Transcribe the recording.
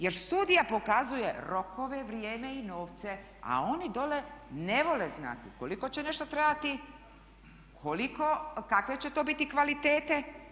Jer studija pokazuje rokove, vrijeme i novce, a oni dole ne vole znati koliko će nešto trajati, kakve će to biti kvalitete.